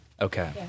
Okay